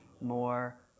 more